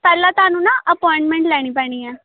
ਪਹਿਲਾਂ ਤੁਹਾਨੂੰ ਨਾ ਅਪੋਆਇੰਟਮੈਂਟ ਲੈਣੀ ਪੈਣੀ ਆ